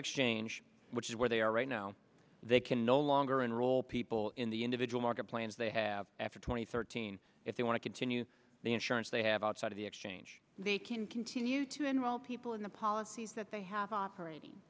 exchange which is where they are right now they can no longer enroll people in the individual market plans they have after twenty thirteen if they want to continue the insurance they have outside of the exchange they can continue to enroll people in the policies that they have operating